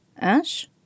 Ash